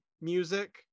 music